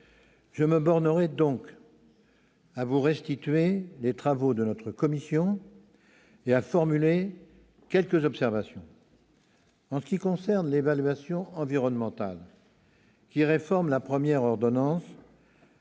Je me bornerai donc à vous restituer les travaux de la commission et à formuler quelques observations. En ce qui concerne l'évaluation environnementale, que réforme la première ordonnance,